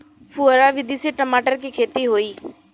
फुहरा विधि से मटर के खेती होई